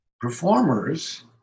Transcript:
performers